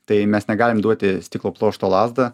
tai mes negalim duoti stiklo pluošto lazdą